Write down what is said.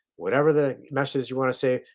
whatever the message you want to say.